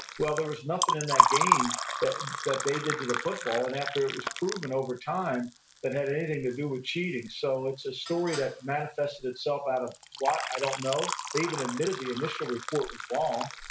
well there was nothing in that game that that they did to the football, and after it was proven over time that it didn't have anything to do with cheating so, it's a story that manifested itself out of what, i don't know. they even admitted the initial report was wrong.